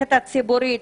במערכת הציבורית